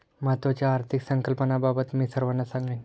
महत्त्वाच्या आर्थिक संकल्पनांबद्दल मी सर्वांना सांगेन